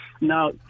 Now